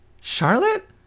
Charlotte